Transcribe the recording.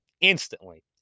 instantly